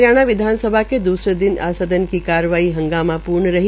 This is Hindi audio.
हरियाणा विधानसभा के दूसरे दिन आज सदन की कार्रवाई हंगामा पूर्ण रही